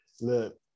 look